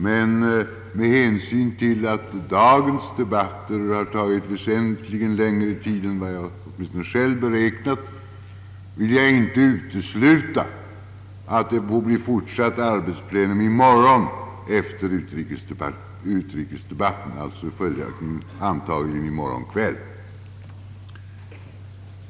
Men med hänsyn till att dagens debatter har tagit väsentligen längre tid än vad åtminstone jag själv hade beräknat, vill jag inte utesluta att det blir fortsatt arbetsplenum i morgon efter utrikesdebatten — förmodligen i morgon kväll.